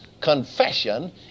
confession